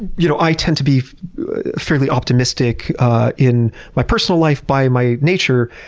you know i tend to be fairly optimistic in my personal life by my nature,